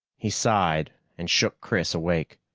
he sighed and shook chris awake.